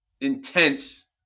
intense